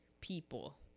people